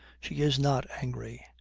she is not angry.